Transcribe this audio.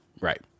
Right